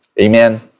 Amen